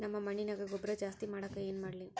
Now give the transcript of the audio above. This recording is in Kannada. ನಮ್ಮ ಮಣ್ಣಿನ್ಯಾಗ ಗೊಬ್ರಾ ಜಾಸ್ತಿ ಮಾಡಾಕ ಏನ್ ಮಾಡ್ಲಿ?